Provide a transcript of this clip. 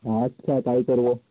আচ্ছা তাই করব